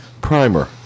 primer